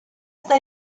está